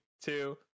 two